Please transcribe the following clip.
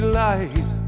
light